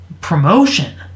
promotion